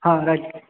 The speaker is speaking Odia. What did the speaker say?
ହଁ ରହିଲି